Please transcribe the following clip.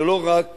שלא רק